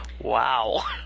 Wow